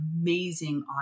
amazing